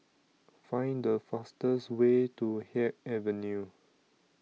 Find The fastest Way to Haig Avenue